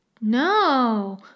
no